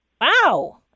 Wow